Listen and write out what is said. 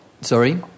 Sorry